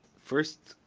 first,